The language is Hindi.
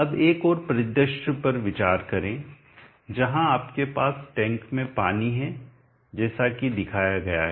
अब एक और परिदृश्य पर विचार करें जहां आपके पास टैंक में पानी है जैसा कि दिखाया गया है